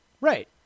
Right